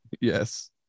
yes